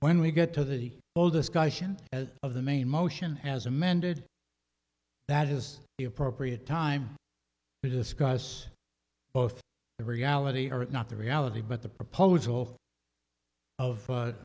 when we get to the whole discussion as of the main motion as amended that is the appropriate time to discuss both the reality or not the reality but the proposal of